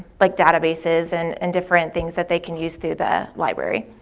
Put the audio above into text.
like data bases and and different things that they can use through the library.